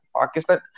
Pakistan